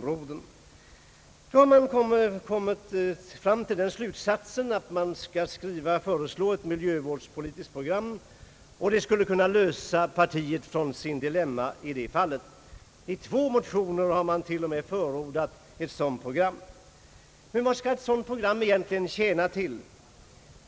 Därför har folkpartisterna kommit på att de skulle föreslå ett miljöpolitiskt program, som skulle kunna lösa partiet från dess dilemma i det här fallet, och ett sådant program har förordats i motioner — t.o.m. i två stycken. Men vad skall ett sådant program egentligen tjäna till,